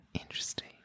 Interesting